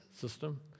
system